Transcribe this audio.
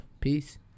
Peace